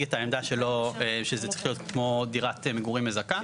את העמדה שלו שהדבר צריך להיות שווה למקרה של דירת מגורים מזכה.